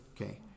Okay